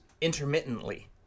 intermittently